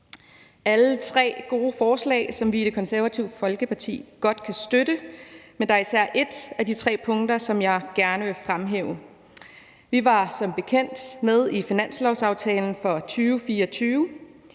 alle tre gode forslag, som vi i Det Konservative Folkeparti godt kan støtte, men der er især ét af de tre punkter, som jeg gerne vil fremhæve. Vi var som bekendt med i finanslovsaftalen for 2024.